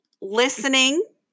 listening